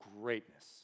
greatness